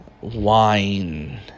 wine